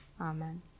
Amen